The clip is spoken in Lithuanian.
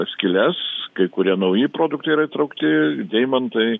skyles kai kurie nauji produktai yra įtraukti deimantai